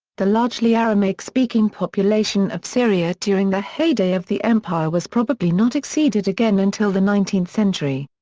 the largely aramaic speaking population of syria during the heyday of the empire was probably not exceeded again until the nineteenth century.